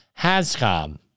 hascom